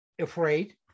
afraid